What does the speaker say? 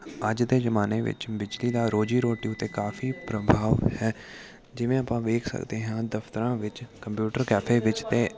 ਅੱਜ ਦੇ ਜਮਾਨੇ ਵਿੱਚ ਬਿਜਲੀ ਦਾ ਰੋਜ਼ੀ ਰੋਟੀ 'ਤੇ ਕਾਫ਼ੀ ਪ੍ਰਭਾਵ ਹੈ ਜਿਵੇਂ ਆਪਾਂ ਵੇਖ ਸਕਦੇ ਹਾਂ ਦਫਤਰਾਂ ਵਿੱਚ ਕੰਪਿਊਟਰ ਕੈਫ਼ੇ ਵਿੱਚ ਤਾਂ